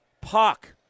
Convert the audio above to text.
Puck